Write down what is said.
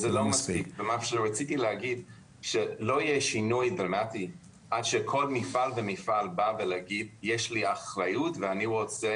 לא יהיה שינוי דרמטי עד שכל מפעל ומפעל ייקח אחריות וירצה